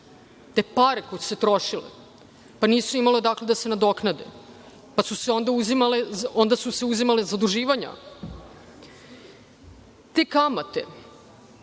te pare koje su se trošile, pa nisu imale odakle da se nadoknade, pa su onda uzimale od zaduživanja. Te kamate